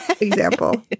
example